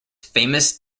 famous